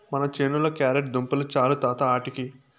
మన చేనుల క్యారెట్ దుంపలు చాలు తాత ఆటికి